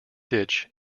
ditch